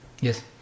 Yes